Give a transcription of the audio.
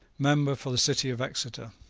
member for the city of exeter.